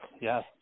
yes